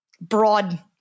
broad